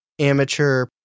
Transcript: amateur